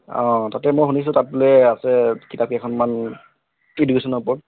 অঁ তাতে মই শুনিছোঁ তাত বোলে আছে কিতাপ কেইখনমান এডুকেশ্যনৰ ওপৰত